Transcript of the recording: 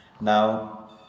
Now